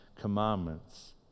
Commandments